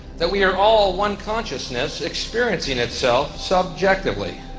that we're all one consciousness experiencing it self-subjectively.